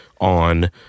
on